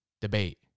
Debate